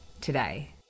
today